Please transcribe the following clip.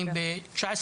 אני ב-18,